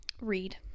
read